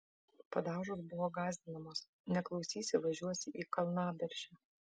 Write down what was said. padaužos buvo gąsdinamos neklausysi važiuosi į kalnaberžę